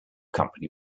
company